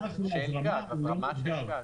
הזרמה של גז.